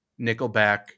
Nickelback